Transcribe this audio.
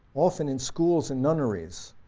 often in schools and nunneries,